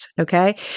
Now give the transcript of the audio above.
Okay